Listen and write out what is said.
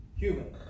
human